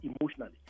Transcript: emotionally